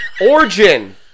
Origin